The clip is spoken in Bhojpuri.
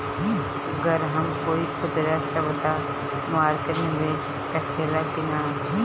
गर हम कोई खुदरा सवदा मारकेट मे बेच सखेला कि न?